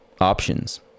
options